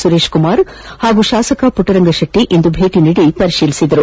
ಸುರೇಶ್ ಕುಮಾರ್ ಹಾಗೂ ಶಾಸಕ ಪುಟ್ಟರಂಗ ಶೆಟ್ಟಿ ಇಂದು ಭೇಟಿ ನೀಡಿ ಪರಿಶೀಲಿಸಿದರು